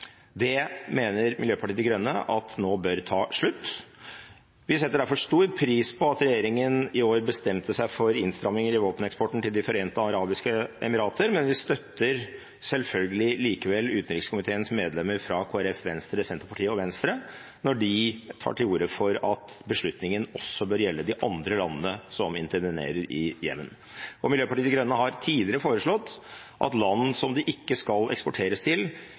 Det mener Miljøpartiet De Grønne nå bør ta slutt. Vi setter derfor stor pris på at regjeringen i år bestemte seg for innstramminger i våpeneksporten til De forente arabiske emirater, men vi støtter selvfølgelig likevel utenrikskomiteens medlemmer fra Kristelig Folkeparti, Venstre, og Senterpartiet og Sosialistisk Venstreparti når de tar til orde for at beslutningen også bør gjelde de andre landene som intervenerer i Jemen. Miljøpartiet De Grønne har tidligere foreslått at land som det ikke skal eksporteres til,